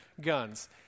guns